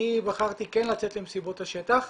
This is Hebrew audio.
אני בחרתי כן לצאת למסיבות השטח,